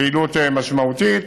פעילות משמעותית.